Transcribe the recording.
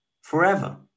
forever